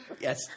Yes